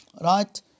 right